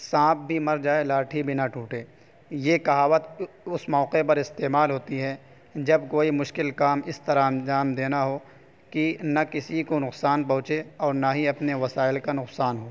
سانپ بھی مر جائے لاٹھی بھی نہ ٹوٹے یہ کہاوت اس موقع پر استعمال ہوتی ہے جب کوئی مشکل کام اس طرح انجام دینا ہو کہ نہ کسی کو نقصان پہنچے اور نہ ہی اپنے وسائل کا نقصان ہو